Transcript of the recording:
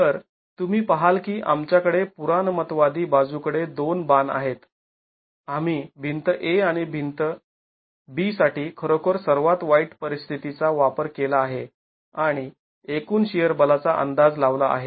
तर तुम्ही पहाल की आमच्याकडे पुराणमतवादी बाजू कडे दोन बाण आहेत आम्ही भिंत A आणि भिंती B साठी खरोखर सर्वात वाईट परिस्थितीचा वापर केला आहे आणि एकूण शिअर बलाचा अंदाज लावला आहे